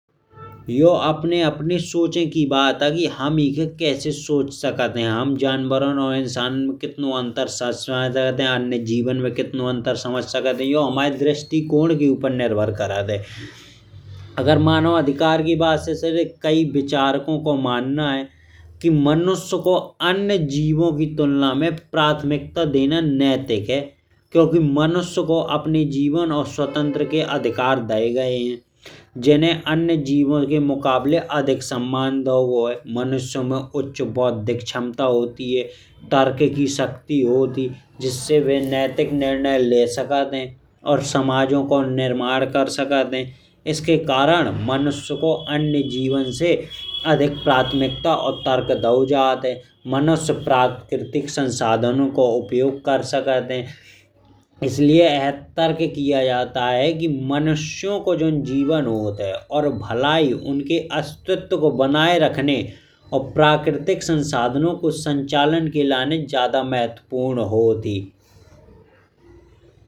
यो अपने अपने सोचे कि बात अ की हम इके कैसे सोच सकत है। हम जनवारन और इंसान में कितनो अंतर समझ सकत है। अन्य जीवन में कितनो अंतर समझ सकत है जो हामाय दृष्टिकोड के उपर निर्भर करत है। अगर मानव अधिकार की बात से कई विचार उको मनना है। कि मनुष्य को अन्य जीवो की तुलना में प्राथमिकता देना नैतिक है। क्योकि मनुष्यो को अपनी जीवन और स्वतंत्र के अधिकार दये गए है। जिन्ने अन्य जीवो के मुकाबले अधिक सम्मान दाओ गाओ है। मनुष्यो में उच्छ बौद्धिक क्षमता होती ही तर्क की शक्ति होत है। जिस्से वे नैतिक निर्णय लाये सकत है और समाजो का निर्माण कर सकत है। इसके करण मनुष्य को अन्य जीवन से अधिक प्राथमिकता और तर्क दाओ जात है। मनुष्य प्राकृतिक संसाधनो का उपयोग कर सकत है इसलिए यह तर्क किया जाता है। कि मनुष्यो को जोन जीवन होत है और भलाई उनके अस्तित्व को बनाए। रखने और प्राकृतिक संसाधनो को संचालन के लाने ज्यादा महत्वपूर्ण होत ही।